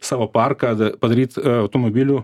savo parką padaryt automobilių